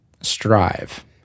Strive